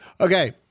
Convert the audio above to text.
Okay